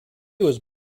was